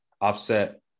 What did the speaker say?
offset